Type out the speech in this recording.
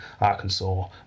Arkansas